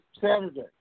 Saturday